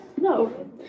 no